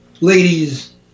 ladies